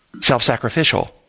self-sacrificial